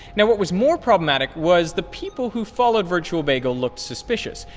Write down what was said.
now what was more problematic was the people who followed virtual bagel looked suspicious.